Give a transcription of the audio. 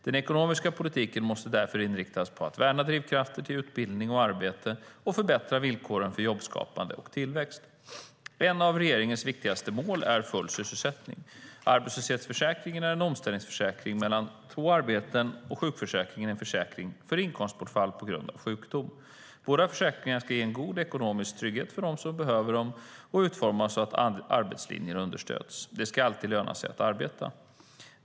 Den ekonomiska politiken måste därför inriktas på att värna drivkrafter till utbildning och arbete och förbättra villkoren för jobbskapande och tillväxt. Ett av regeringens viktigaste mål är full sysselsättning. Arbetslöshetsförsäkringen är en omställningsförsäkring mellan två arbeten, och sjukförsäkringen är en försäkring för inkomstbortfall på grund av sjukdom. Båda försäkringarna ska ge en god ekonomisk trygghet för dem som behöver dem och utformas så att arbetslinjen understöds. Det ska alltid löna sig att arbeta.